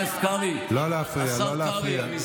לא יכירנו, לביקורת, לא להפריע, בבקשה.